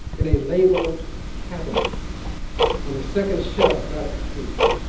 in a labeled cabinet on the second shelf by the cookies.